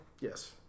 Yes